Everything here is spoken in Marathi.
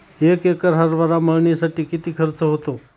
एक एकर हरभरा मळणीसाठी किती खर्च होतो?